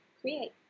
create